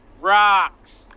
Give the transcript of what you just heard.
rocks